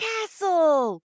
castle